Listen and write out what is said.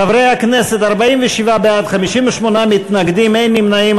חברי הכנסת, 47 בעד, 58 מתנגדים, אין נמנעים.